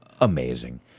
amazing